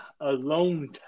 alone